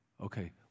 Okay